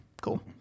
cool